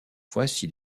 voici